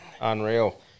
Unreal